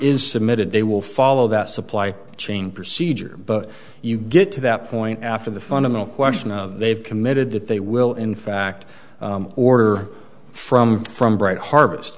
is submitted they will follow that supply chain procedure but you get to that point after the fundamental question of they've committed that they will in fact order from from bright harvest